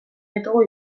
ditugu